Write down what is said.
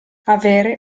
avere